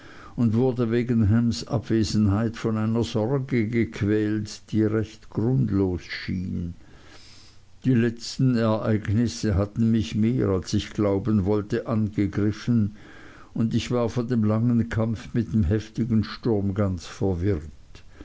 und wurde wegen hams abwesenheit von einer sorge gequält die recht grundlos schien die letzten ereignisse hatten mich mehr als ich glauben wollte angegriffen und ich war von dem langen kampf mit dem heftigen sturm ganz verwirrt